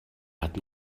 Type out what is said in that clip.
hatten